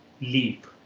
leap